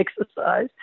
exercise